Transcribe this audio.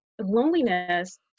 Loneliness